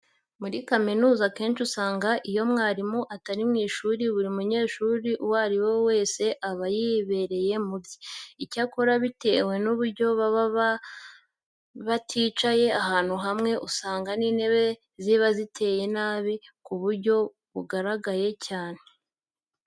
Muri kaminuza akenshi usanga iyo mwarimu atari mu ishuri buri munyeshuri uwo ari we wese aba yibereye mu bye. Icyakora bitewe n'uburyo baba baticaye ahantu hamwe usanga n'intebe ziba ziteye nabi ku buryo bujagaraye cyane.